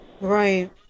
right